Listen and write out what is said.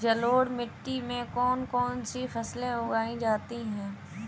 जलोढ़ मिट्टी में कौन कौन सी फसलें उगाई जाती हैं?